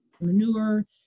manure